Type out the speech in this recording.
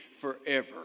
forever